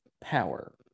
power